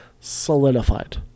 solidified